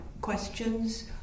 questions